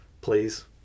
please